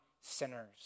sinners